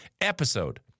episode